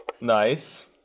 Nice